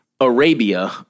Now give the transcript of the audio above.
Arabia